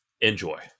enjoy